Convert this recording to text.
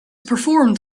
performed